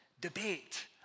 debate